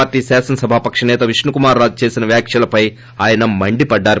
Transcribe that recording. P శాసనసభాపక్ష నేత విష్ణుకుమార్ రాజు చేసిన వ్యాఖ్యలపై ఆయన మండిపడ్లారు